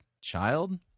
Child